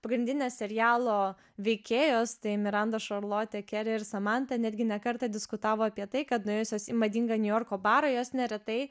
pagrindinės serialo veikėjos tai miranda šarlotė keri ir samanta netgi ne kartą diskutavo apie tai kad nuėjusios į madingą niujorko barą jos neretai